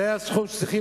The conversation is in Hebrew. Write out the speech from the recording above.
זה הסכום שצריכים